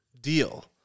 deal